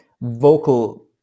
vocal